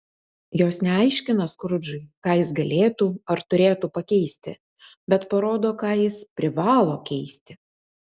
jos neaiškina skrudžui ką jis galėtų ar turėtų pakeisti bet parodo ką jis privalo keisti